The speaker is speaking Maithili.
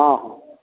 हँ हँ